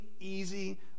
easy